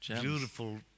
beautiful